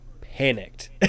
panicked